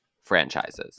franchises